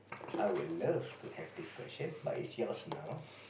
I will love to have this question but it's yours now